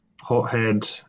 hothead